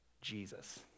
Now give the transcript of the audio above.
Jesus